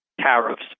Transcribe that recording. tariffs